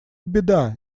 беда